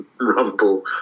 Rumble